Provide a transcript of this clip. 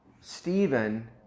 Stephen